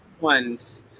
ones